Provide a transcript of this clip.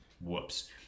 Whoops